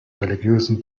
religiösen